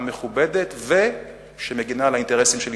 המכובדת והמגינה על האינטרסים של ישראל.